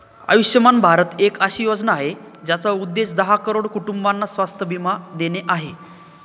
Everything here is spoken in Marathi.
आयुष्यमान भारत एक अशी योजना आहे, ज्याचा उद्देश दहा करोड कुटुंबांना स्वास्थ्य बीमा देणे आहे